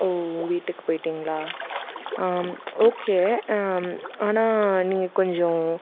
ஓ வீட்டுக்கு போய்விட்டிங்களா ஓகே ஆனால் நீங்கள் கொஞ்சம்